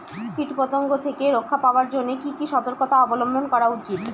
কীটপতঙ্গ থেকে রক্ষা পাওয়ার জন্য কি কি সর্তকতা অবলম্বন করা উচিৎ?